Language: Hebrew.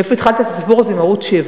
מאיפה התחלת את הסיפור הזה עם ערוץ-7?